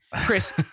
Chris